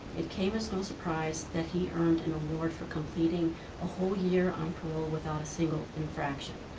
it came as no surprise that he earned an award for completing a whole year on parole without a single infraction.